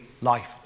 life